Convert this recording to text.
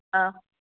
ஆ